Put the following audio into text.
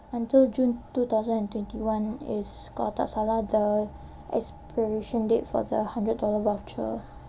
until june two thousand and twenty is kalau tak salah the expiration date for the hundred dollar voucher